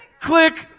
Click